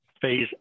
phase